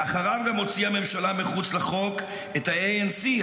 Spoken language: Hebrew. לאחריו הוציאה ממשלה מחוץ לחוק את ה-ANC,